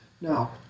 Now